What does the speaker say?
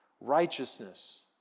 Righteousness